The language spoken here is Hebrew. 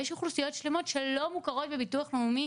יש אוכלוסיות שלמות שלא מוכרות בביטוח לאומי